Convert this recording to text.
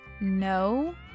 No